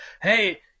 hey